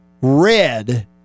red